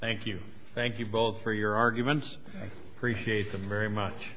thank you thank you both for your arguments i appreciate them very much